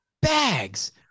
Bags